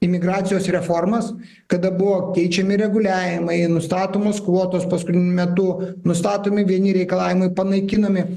imigracijos reformas kada buvo keičiami reguliavimai nustatomos kvotos paskutiniu metu nustatomi vieni reikalavimai panaikinami